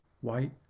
white